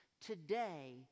Today